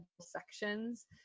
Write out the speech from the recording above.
sections